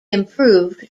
improved